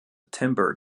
timber